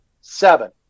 seven